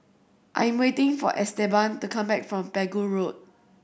I'm waiting for Esteban to come back from Pegu Road